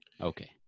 okay